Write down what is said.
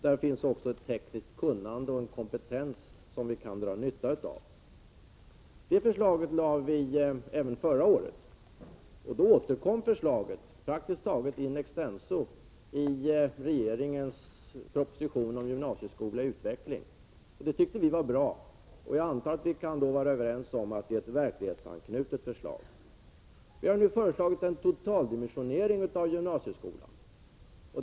Där finns även ett tekniskt kunnande och en kompetens som vi kan dra nytta av. Det förslaget framlade vi även förra året. Då återkom förslaget, praktiskt taget in extenso, i regeringens proposition Gymnasieskola i utveckling. Det tyckte vi var bra. Jag antar att vi då kan vara överens om att det är ett verklighetsanknutet förslag. Vi har nu föreslagit en totaldimensionering av gymnasieskolan.